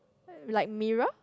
like mirror